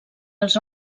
els